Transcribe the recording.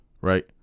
right